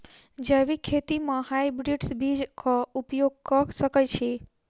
जैविक खेती म हायब्रिडस बीज कऽ उपयोग कऽ सकैय छी?